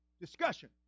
discussion